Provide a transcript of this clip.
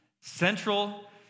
central